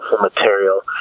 material